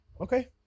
okay